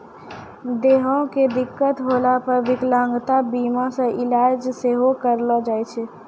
देहो मे दिक्कत होला पे विकलांगता बीमा से इलाज सेहो करैलो जाय छै